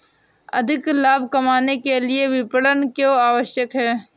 अधिक लाभ कमाने के लिए विपणन क्यो आवश्यक है?